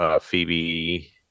Phoebe